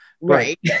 Right